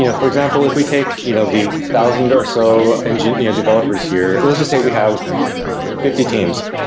you know for example, if we take you know the thousand or so and you know developers here let's just say we have fifty teams,